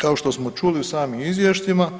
Kao što smo čuli u samim izvješćima,